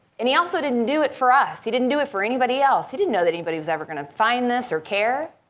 and he also didn't do it for us, he didn't do it for anybody else. he didn't know that anybody was ever going to find this or care.